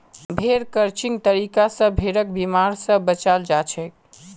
भेड़ क्रचिंग तरीका स भेड़क बिमारी स बचाल जाछेक